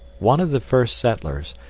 one of the first settlers,